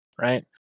right